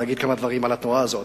להגיד כמה דברים על התנועה הזאת.